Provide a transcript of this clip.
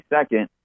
second